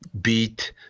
beat